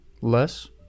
Less